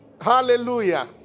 Hallelujah